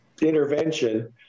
intervention